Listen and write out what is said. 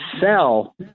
sell